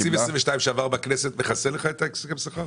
תקציב 2022 שעבר בכנסת מכסה לך את הסכם השכר?